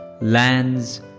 lands